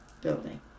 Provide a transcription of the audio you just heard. building